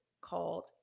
called